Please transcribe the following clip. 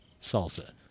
salsa